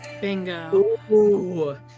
bingo